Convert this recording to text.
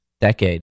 decade